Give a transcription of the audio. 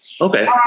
Okay